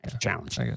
Challenge